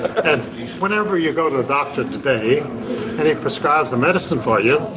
and whenever you go to the doctor today and he prescribes the medicine for you,